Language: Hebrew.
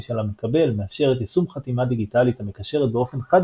של המקבל מאפשרת יישום חתימה דיגיטלית המקשרת באופן חד